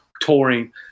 touring